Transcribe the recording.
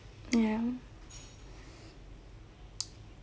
ya